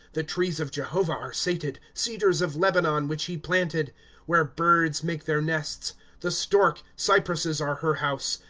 the trees of jehovah are sated, cedars of lebanon which he planted where birds make their nests the stork, cypresses are her house.